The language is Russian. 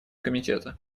комитета